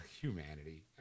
humanity